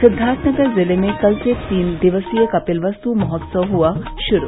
सिद्दार्थनगर ज़िले में कल से तीन दिवसीय कपिलवस्तु महोत्सव हुआ शुरू